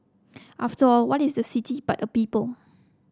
after all what is the city but a people